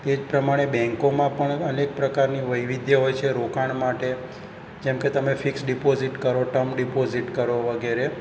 તે જ પ્રમાણે બેન્કોમાં પણ અનેક પ્રકારની વૈવિધ્ય હોય છે રોકાણ માટે જેમકે તમે ફિક્સ ડિપોઝિટ કરો ટમ ડિપોઝિટ કરો વગેરે